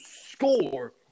score